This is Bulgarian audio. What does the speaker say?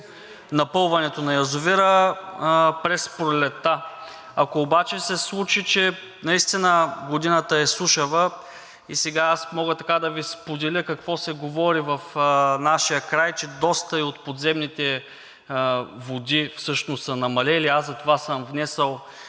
напълването на язовира през пролетта. Ако обаче се случи, че наистина годината е сушава? Сега аз мога да Ви споделя какво се говори в нашия край, че доста и от подземните води всъщност са намалели, аз затова съм внесъл